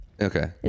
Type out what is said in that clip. Okay